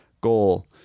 goal